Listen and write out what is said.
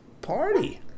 party